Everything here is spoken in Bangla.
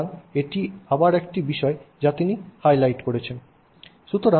সুতরাং এটি আবার একটি বিষয় যা তিনি হাইলাইট করেছিলেন